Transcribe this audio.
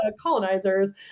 colonizers